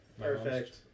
Perfect